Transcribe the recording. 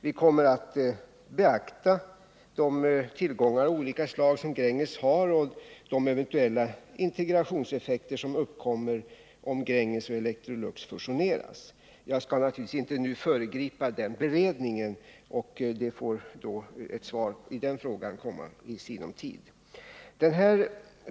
Vi kommer att beakta de tillgångar av olika slag som Gränges har och de eventuella integrationseffekter som uppkommer om Gränges och Electrolux fusioneras. Jag skall naturligtvis inte nu föregripa den beredningen, och ett svar på den frågan får komma i sinom tid.